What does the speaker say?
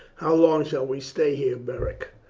how long shall we stay here, beric?